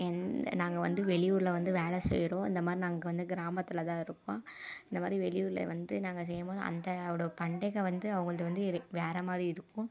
எந்த நாங்கள் வந்து வெளியூரில் வந்து வேலை செய்கிறோம் இந்தமாதிரி நாங்கள் வந்து கிராமத்தில் தான் இருக்கோம் இந்தமாதிரி வெளியூரில் வந்து நாங்கள் செய்யும் மோது அந்தவோட பண்டிகை வந்து அவங்களுது வந்து இரு வேற மாதிரி இருக்கும்